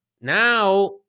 Now